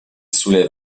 soulève